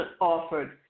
offered